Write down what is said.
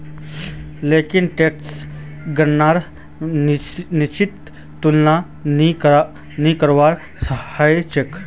लेकिन टैक्सक गणनार निश्चित तुलना नी करवा सक छी